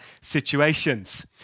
situations